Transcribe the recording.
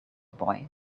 boy